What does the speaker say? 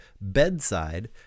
bedside